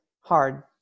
hard